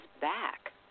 back